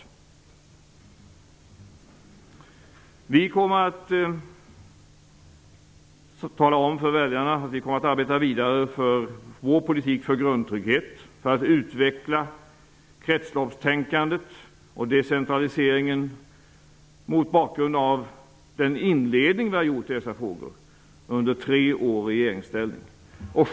Vi i Centern kommer att tala om för väljarna att vi kommer att arbeta vidare för vår politik när det gäller grundtryggheten, utvecklingen av kretsloppstänkandet och decentraliseringen, detta mot bakgrund av den inledning vi i regeringsställning under tre år gjort i dessa frågor.